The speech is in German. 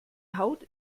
haut